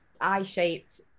eye-shaped